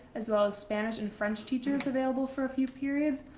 as well as spanish and french teachers available for a few periods.